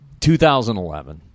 2011